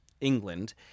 England